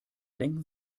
denken